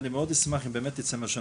ואני מאד אשמח אם באמת ייצא מזה משהו.